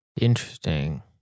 Interesting